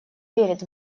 верит